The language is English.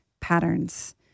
patterns